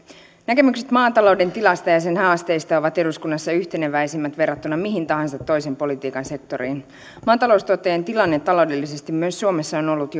näkemykset maatalouden tilasta ja ja sen haasteista ovat eduskunnassa yhteneväisemmät verrattuna mihin tahansa toiseen politiikan sektoriin maataloustuottajien tilanne taloudellisesti myös suomessa on ollut